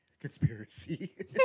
Conspiracy